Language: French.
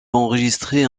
enregistrée